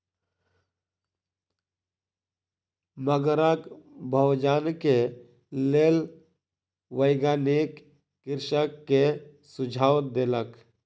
मगरक भोजन के लेल वैज्ञानिक कृषक के सुझाव देलक